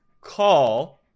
call